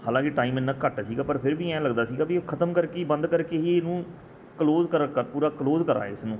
ਹਾਲਾਂਕਿ ਟਾਈਮ ਇੰਨਾਂ ਘੱਟ ਸੀਗਾ ਪਰ ਫਿਰ ਵੀ ਐਂ ਲੱਗਦਾ ਸੀਗਾ ਵੀ ਇਹ ਖਤਮ ਕਰਕੇ ਹੀ ਬੰਦ ਕਰਕੇ ਹੀ ਇਹਨੂੰ ਕਲੋਜ ਕਰਾਂ ਕ ਪੂਰਾ ਕਲੋਜ ਕਰਾਂ ਇਸਨੂੰ